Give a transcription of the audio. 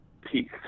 peace